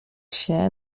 się